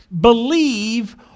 believe